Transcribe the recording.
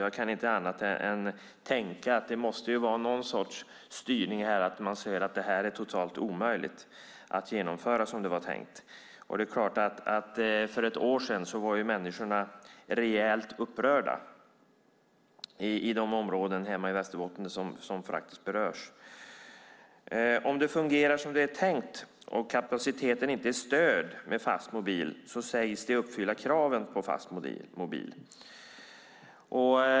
Jag kan inte tänka mig annat än att det måste vara någon sorts styrning här, man ser att det är totalt omöjligt att genomföra det som det var tänkt. För ett år sedan var människorna rejält upprörda i de områden hemma i Västerbotten som berörs. Om det fungerar som det är tänkt och kapaciteten inte är störd med fast mobil sägs det uppfylla kraven på fast mobil.